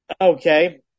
Okay